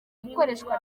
ikoreshwa